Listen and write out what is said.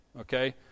okay